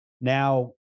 Now